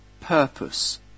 purpose